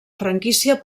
franquícia